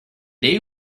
they